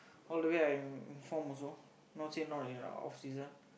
all the way I am informed also not say not in a off season